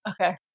okay